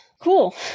Cool